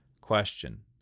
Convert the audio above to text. Question